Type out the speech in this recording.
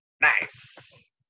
Nice